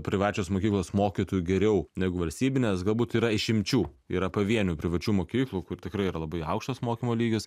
privačios mokyklos mokytų geriau negu valstybinės galbūt yra išimčių yra pavienių privačių mokyklų kur tikrai yra labai aukštas mokymo lygis